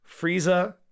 Frieza